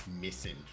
missing